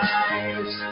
eyes